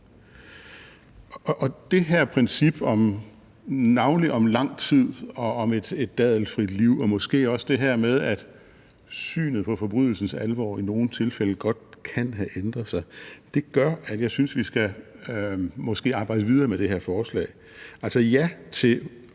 Det her princip, navnlig det om lang tid og om et dadelfrit liv og måske også det her med, at synet på forbrydelsens alvor i nogle tilfælde godt kan have ændret sig, gør, at jeg synes, at vi måske skal arbejde videre med det her forslag. Altså, ja til